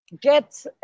get